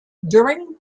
during